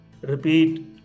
Repeat